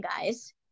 guys